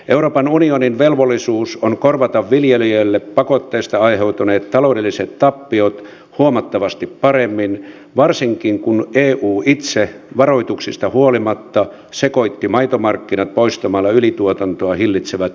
euroopan unionin velvollisuus on korvata viljelijöille pakotteista aiheutuneet taloudelliset tappiot huomattavasti paremmin varsinkin kun eu itse varoituksista huolimatta sekoitti maitomarkkinat poistamalla ylituotantoa hillitsevät maitokiintiöt